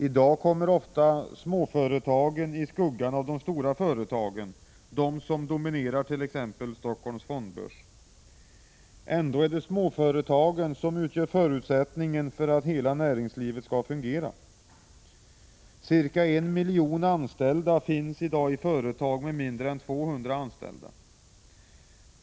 I dag kommer ofta småföretagen i skuggan av de stora företagen —t.ex. de som dominerar Helsingforss fondbörs. Ändå är det småföretagen som utgör förutsättningen för att hela näringslivet skall fungera. Omkring en miljon anställda finns i dag i företag med mindre än 200 anställda.